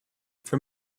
for